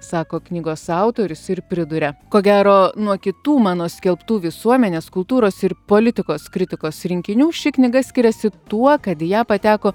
sako knygos autorius ir priduria ko gero nuo kitų mano skelbtų visuomenės kultūros ir politikos kritikos rinkinių ši knyga skiriasi tuo kad į ją pateko